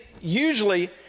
usually